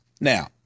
Now